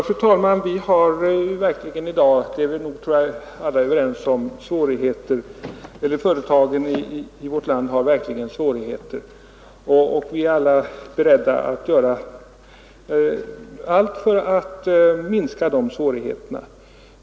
Fru talman! Jag tror att alla är överens om att företagen i vårt land verkligen har svårigheter. Vi är alla beredda att göra allt för att minska dessa svårigheter.